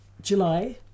July